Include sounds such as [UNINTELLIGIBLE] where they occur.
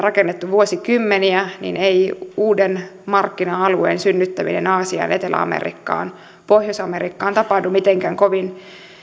[UNINTELLIGIBLE] rakennettu vuosikymmeniä niin ei uuden markkina alueen synnyttäminen aasiaan etelä amerikkaan pohjois amerikkaan tapahdu mitenkään kovin